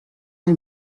nei